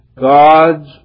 God's